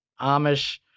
Amish